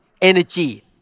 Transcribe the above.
energy